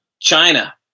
China